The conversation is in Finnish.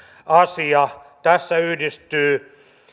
asia tässä yhdistyvät